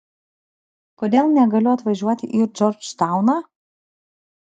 kodėl negaliu atvažiuoti į džordžtauną